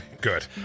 good